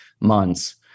months